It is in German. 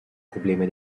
probleme